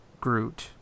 Groot